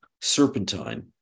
serpentine